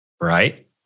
right